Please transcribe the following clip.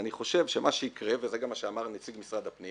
אני חושב שמה שיקרה וזה גם מה שאמר נציג משרד הפנים